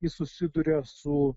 jis susiduria su